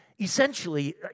Essentially